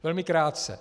Velmi krátce.